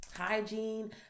hygiene